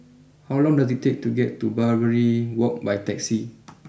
how long does it take to get to Barbary walk by taxi